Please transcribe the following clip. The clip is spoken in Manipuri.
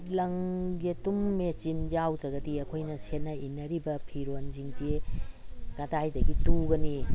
ꯂꯪ ꯌꯦꯇꯨꯝ ꯃꯦꯆꯤꯟ ꯌꯥꯎꯗ꯭ꯔꯒꯗꯤ ꯑꯩꯈꯣꯏꯅ ꯁꯦꯠꯅ ꯏꯟꯅꯔꯤꯕ ꯐꯤꯔꯣꯟꯁꯤꯡꯁꯤ ꯀꯗꯥꯏꯗꯒꯤ ꯇꯨꯒꯅꯤ